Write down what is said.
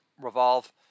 revolve